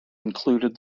included